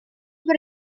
per